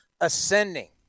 ascending